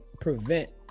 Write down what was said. prevent